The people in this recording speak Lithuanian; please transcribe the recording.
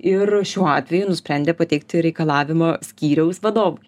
ir šiuo atveju nusprendė pateikti reikalavimą skyriaus vadovui